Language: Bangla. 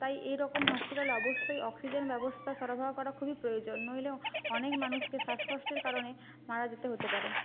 তাই এইরকম হসপিটালে অবশ্যই অক্সিজেন ব্যবস্থা সরবরাহ করা খুবই প্রয়োজন নইলেও অনেক মানুষকে শ্বাসকষ্টের কারণে মারা যেতে হতে পারে